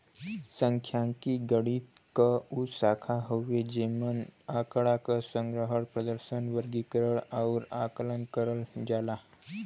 सांख्यिकी गणित क उ शाखा हउवे जेमन आँकड़ा क संग्रहण, प्रदर्शन, वर्गीकरण आउर आकलन करल जाला